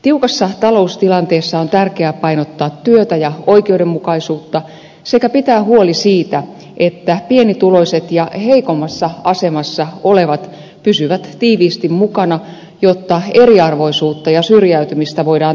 tiukassa taloustilanteessa on tärkeää painottaa työtä ja oikeudenmukaisuutta sekä pitää huoli siitä että pienituloiset ja heikommassa asemassa olevat pysyvät tiiviisti mukana jotta eriarvoisuutta ja syrjäytymistä voidaan tehokkaasti kitkeä